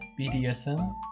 BDSM